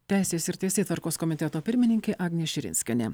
teisės ir teisėtvarkos komiteto pirmininkė agnė širinskienė